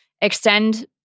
extend